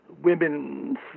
women